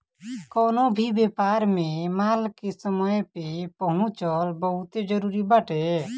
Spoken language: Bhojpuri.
कवनो भी व्यापार में माल के समय पे पहुंचल बहुते जरुरी बाटे